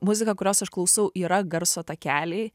muzika kurios aš klausau yra garso takeliai